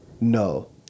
No